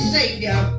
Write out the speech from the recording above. Savior